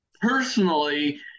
personally